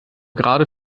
gerade